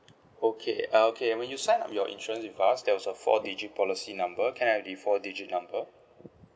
okay uh okay when you sign up your insurance with us there was a four digit policy number can I have the four digit number